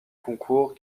concours